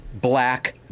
black